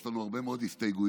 יש לנו הרבה מאוד הסתייגויות.